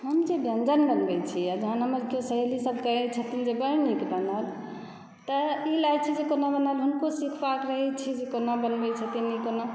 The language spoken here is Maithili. हम जे व्यञ्जन बनबै छी आओर जहन हमर किओ सहेली सब कहै छथिन जे बड़ नीक बनल तऽ ई लागै छै जे कोना बनल हँ हुनको सिखबाक रहै छै जे कोना बनबै छथिन ई कोना